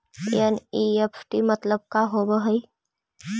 NEFT मतलब का होब हई?